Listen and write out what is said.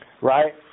right